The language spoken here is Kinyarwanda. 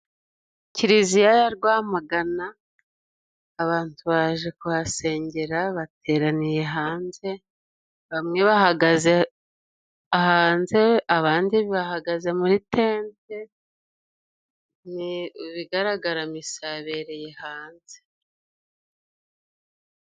Kiliziya ya Rwamagana abantu baje kuhasengera bateraniye hanze, bamwe bahagaze hanze abandi bahagaze muri tente, ibigaragara misa yabereye hanze.